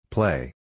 Play